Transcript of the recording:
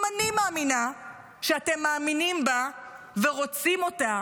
אני מאמינה שאתם מאמינים בה ורוצים אותה